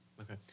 Okay